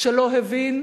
שלא הבין